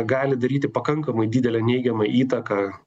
gali daryti pakankamai didelę neigiamą įtaką